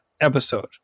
episode